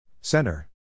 Center